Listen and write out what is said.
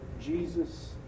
Jesus